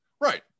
right